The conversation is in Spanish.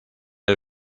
del